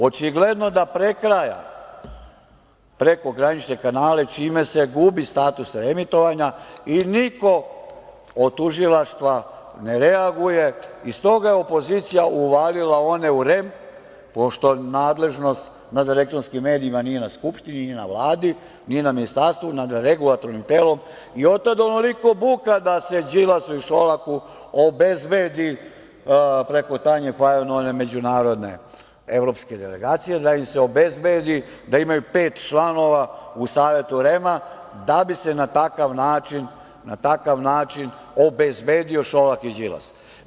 Očigledno da prekraja prekogranične kanale, čime se gubi status reemitovanja i niko od tužilaštva ne reaguje, i stoga je opozicija uvalila one u REM, pošto nadležnost nad elektronskim medijima nije na Skupštini, nije na Vladi, nije na Ministarstvu, nad regulatornim telom i otad onoliko buka da se Đilasu i Šolaku obezbedi preko Tanje Fajon, one međunarodne evropske delegacije, da im se obezbedi da imaju pet članova u savetu REM-a, da bi se na takav način obezbedio Šolak i Đilas.